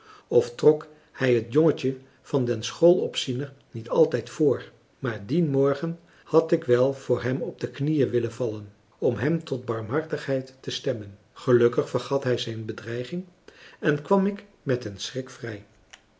of trok hij het jongetje van den schoolopziener niet altijd voor maar dien morgen had ik wel voor hem op de knieën willen vallen om hem tot barmhartigheid te stemmen gelukkig vergat hij zijn bedreiging en kwam ik met den schrik vrij